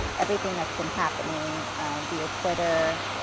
everything that's been happening via twitter,